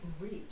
reach